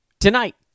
Tonight